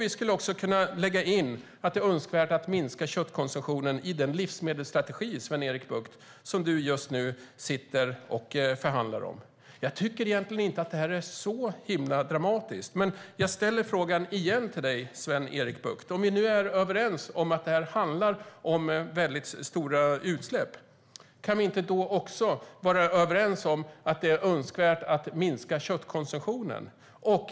Vi skulle kunna lägga in i den livsmedelsstrategi som du just nu sitter och förhandlar om, Sven-Erik Bucht, att det är önskvärt att minska köttkonsumtionen. Jag tycker egentligen inte att det här är så himla dramatiskt. Men jag ställer frågan igen till dig, Sven-Erik Bucht. Om vi nu är överens om att det här handlar om stora utsläpp - kan vi då inte också vara överens om att det är önskvärt att minska köttkonsumtionen?